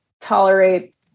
tolerate